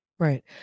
Right